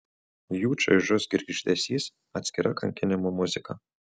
jų čaižus girgždesys atskira kankinimų muzika